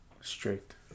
Strict